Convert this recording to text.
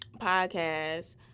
podcast